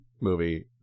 movie